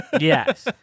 Yes